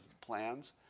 plans